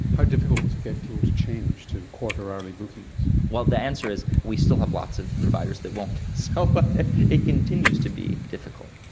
how difficult was it to get people to change to quarter-hourly bookings? well, the answer is we still have lots of providers that won't, so but it continues to be difficult.